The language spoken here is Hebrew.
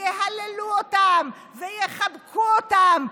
ויהללו אותם ויחבקו אותם.